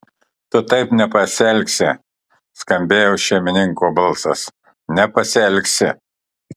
tu taip nepasielgsi skambėjo šeimininko balsas nepasielgsi